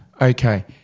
Okay